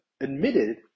admitted